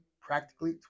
practically